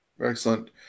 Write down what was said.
Excellent